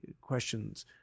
questions